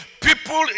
People